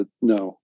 no